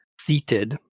seated